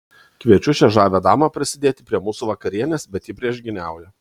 kviečiu šią žavią damą prisidėti prie mūsų vakarienės bet ji priešgyniauja